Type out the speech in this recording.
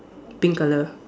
pink colour